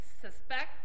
suspect